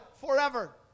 forever